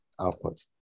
output